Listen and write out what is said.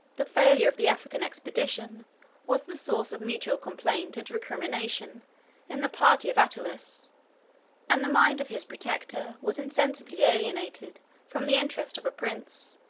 the failure of the african expedition was the source of mutual complaint and recrimination in the party of attalus and the mind of his protector was insensibly alienated from the interest of a prince,